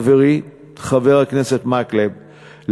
חברי חבר הכנסת מקלב,